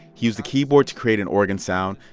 he used the keyboard to create an organ sound.